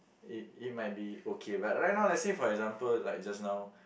it it might be okay but right now let's say for example like just now